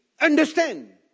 understand